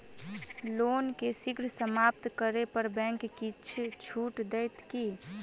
loan केँ शीघ्र समाप्त करै पर बैंक किछ छुट देत की